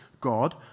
God